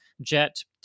jet